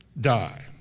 die